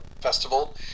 festival